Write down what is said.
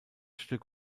stück